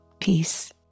peace